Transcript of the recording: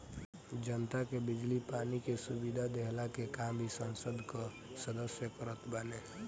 जनता के बिजली पानी के सुविधा देहला के काम भी संसद कअ सदस्य करत बाने